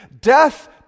Death